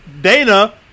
Dana